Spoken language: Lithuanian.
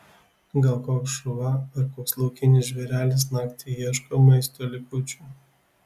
gal koks šuva ar koks laukinis žvėrelis naktį ieško maisto likučių